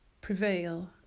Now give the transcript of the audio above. prevail